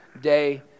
day